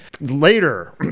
later